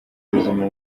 buzima